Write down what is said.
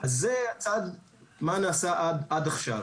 זה הצד, מה נעשה עד עכשיו.